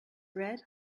red